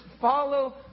follow